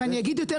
בוודאי.